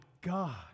God